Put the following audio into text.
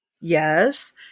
Yes